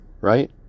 right